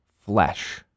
flesh